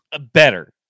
better